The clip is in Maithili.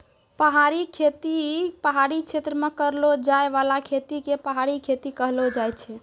पहाड़ी खेती पहाड़ी क्षेत्र मे करलो जाय बाला खेती के पहाड़ी खेती कहलो जाय छै